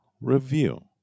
review